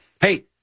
Hey